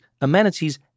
amenities